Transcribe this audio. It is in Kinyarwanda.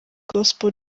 gospel